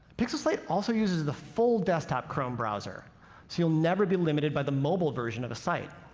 pixel slate also uses the full desktop chrome browser so you'll never be limited by the mobile version of a site.